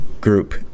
group